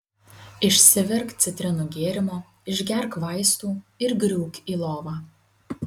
išsivirk citrinų gėrimo išgerk vaistų ir griūk į lovą